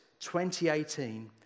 2018